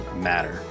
matter